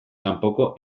kanpoko